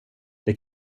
det